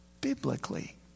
biblically